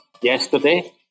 yesterday